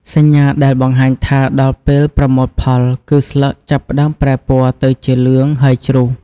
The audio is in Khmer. សញ្ញាដែលបង្ហាញថាដល់ពេលប្រមូលផលគឺស្លឹកចាប់ផ្តើមប្រែពណ៌ទៅជាលឿង ហើយជ្រុះ។